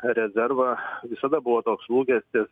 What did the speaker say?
rezervą visada buvo toks lūkestis